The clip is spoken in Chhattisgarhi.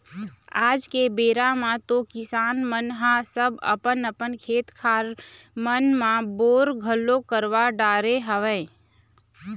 आज के बेरा म तो किसान मन ह सब अपन अपन खेत खार मन म बोर घलोक करवा डरे हवय